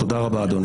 תודה רבה אדוני.